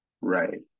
Right